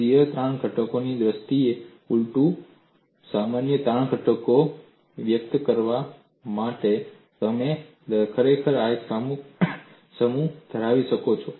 shear તાણ ઘટકોની દ્રષ્ટિએ અને ઊલટું સામાન્ય તાણ ઘટકોને વ્યક્ત કરવા માટે તમે ખરેખર એક સમૂહ ધરાવી શકો છો